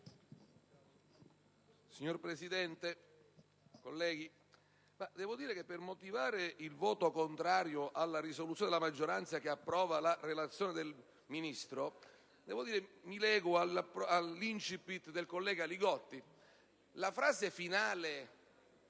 Signor Presidente, colleghi, per motivare il voto contrario alla proposta di risoluzione della maggioranza che approva la relazione del Ministro mi collego all'*incipit* del collega Li Gotti. La frase finale